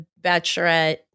bachelorette